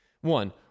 One